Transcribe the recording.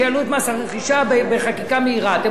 אני יכול להביא את זה עכשיו לאישור,